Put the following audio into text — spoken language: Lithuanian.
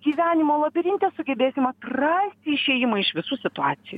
gyvenimo labirinte sugebėsim atrasti išėjimą iš visų situacijų